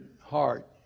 heart